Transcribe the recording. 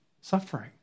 suffering